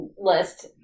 list